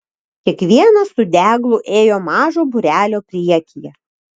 kiekvienas su deglu ėjo mažo būrelio priekyje